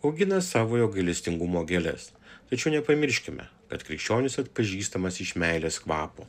augina savojo gailestingumo gėles tačiau nepamirškime kad krikščionis atpažįstamas iš meilės kvapo